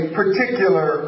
particular